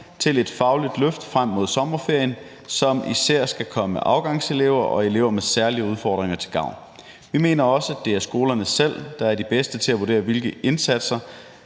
til et fagligt løft frem mod sommerferien, som især skal komme afgangselever og elever med særlige udfordringer til gavn. Vi mener også, at det er skolerne selv, der er de bedste til at vurdere, hvilke indsatser